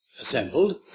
assembled